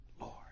Lord